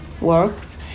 works